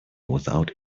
without